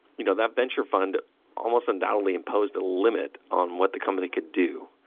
you know that venture fund almost undoubtedly imposed a limit on what the company could do.